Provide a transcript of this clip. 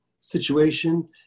situation